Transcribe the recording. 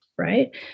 right